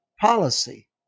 policy